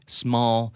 small